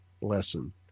lesson